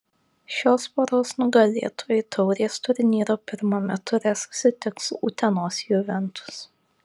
šios poros nugalėtojai taurės turnyro pirmame ture susitiks su utenos juventus